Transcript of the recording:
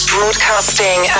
Broadcasting